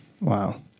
Wow